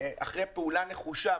אחרי פעולה נחושה,